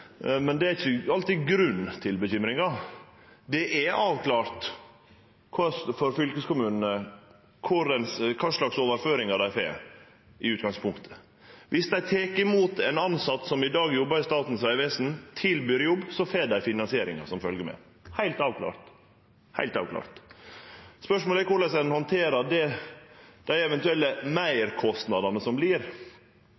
Men det er ikkje alltid grunn til bekymringa. Det er avklart for fylkeskommunane kva slags overføringar dei får – i utgangspunktet. Viss dei tek imot ein tilsett som i dag jobbar i Statens vegvesen – tilbyr jobb – så får dei finansieringa som følgjer med, det er heilt avklart. Spørsmålet er korleis ein handterer dei eventuelle